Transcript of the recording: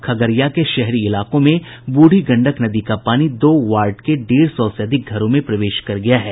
खगड़िया की शहरी इलाकों में ब्रूढ़ी गंडक नदी का पानी दो वार्ड के डेढ़ सौ से अधिक घरों में प्रवेश कर गया है